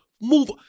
move